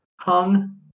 hung